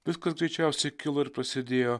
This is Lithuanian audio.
viskas greičiausiai kilo ir prasidėjo